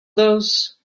those